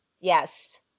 yes